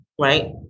Right